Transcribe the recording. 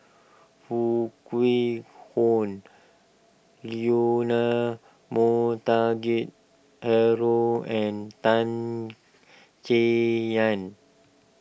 Foo Kwee Horng Leonard Montague Harrod and Tan Chay Yan